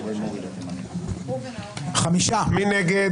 מי נגד?